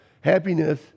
happiness